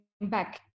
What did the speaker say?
back